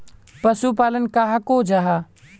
पशुपालन कहाक को जाहा?